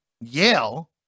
Yale